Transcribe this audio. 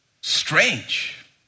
strange